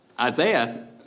Isaiah